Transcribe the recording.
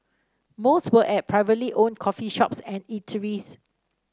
most were at privately owned coffee shops and eateries